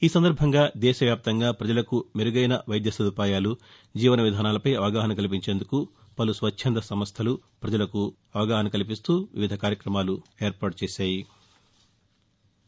ఈ సందర్బంగా దేశ వ్యాప్తంగా ప్రజలకు మెరుగైన వైద్య సదుపాయాలు జీవన విధానాలపై అవగాహన కల్పించేందుకు పలు స్వచ్ఛంధ సంస్దలు ప్రజలకు అవగాహన కల్పిస్తున్నాయి